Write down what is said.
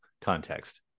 context